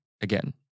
again